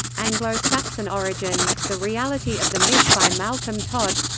anglo-saxon origins the reality of the myth by malcolm todd